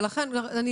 לכן אני